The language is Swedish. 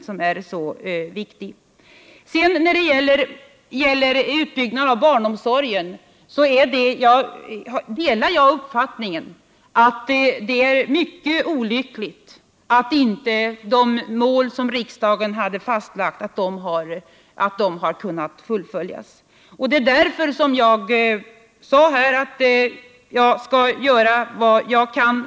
När det sedan gäller utbyggnaden av barnomsorgen delar jag uppfattningen att det är mycket olyckligt att inte de mål som riksdagen har fastlagt har kunnat uppnås. Det var därför jag sade att jag skall göra vad jag kan för att åstadkomma förbättringar.